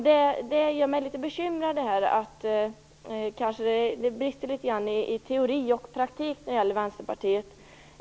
Det gör mig litet bekymrad att det brister litet grand mellan teori och praktik när det gäller Vänsterpartiet.